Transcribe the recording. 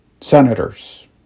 Senators